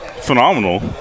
phenomenal